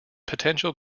potential